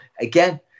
again